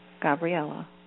Gabriella